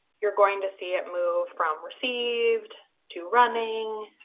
you're going to see it move from received, to running,